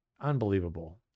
unbelievable